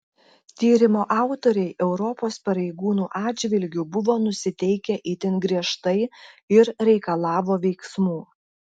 tyrimo autoriai europos pareigūnų atžvilgiu buvo nusiteikę itin griežtai ir reikalavo veiksmų